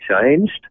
changed